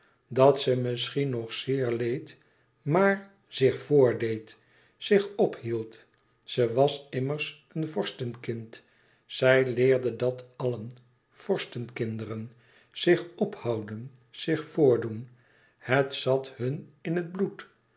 dat ze misschien nog zeer leed maar zich voordeed zich ophield ze was immers een vorstenkind zij leerden dat allen vorstenkinderen zich ophouden zich voordoen het zat hun in het bloed